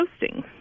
hosting